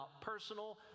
personal